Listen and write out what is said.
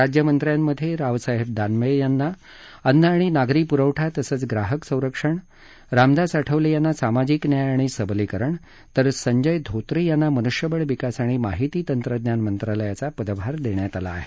राज्यमंत्र्यांमधे रावसाहेब दानवे यांना अन्न आणि नागरी पुरवठा तसंच ग्राहक संरक्षण रामदास आठवले यांना सामाजिक न्याय आणि सबलीकरण तर संजय धोत्रे यांना मनुष्यबळ विकास आणि माहिती तंत्रज्ञान मंत्रालयाचा पदभार देण्यात आला आहे